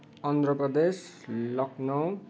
Andhra Pradesh Lucknow